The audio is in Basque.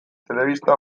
telebista